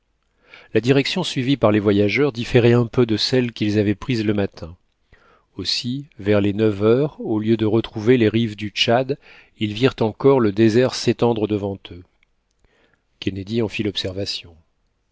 la direction suivie par les voyageurs différait un peu de celle qu'ils avaient prise le matin aussi vers les neuf heures au lieu de retrouver les rives du tchad ils virent encore le désert s'étendre devant eux kennedy